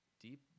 deep